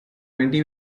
twenty